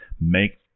make